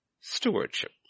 stewardship